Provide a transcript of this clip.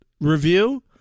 review